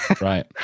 Right